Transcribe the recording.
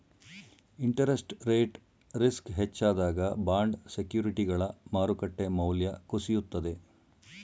interest rate risk ಹೆಚ್ಚಾದಾಗ bond ಸೆಕ್ಯೂರಿಟಿಗಳ ಮಾರುಕಟ್ಟೆ ಮೌಲ್ಯ ಕುಸಿಯುತ್ತದೆ